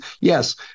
Yes